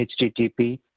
http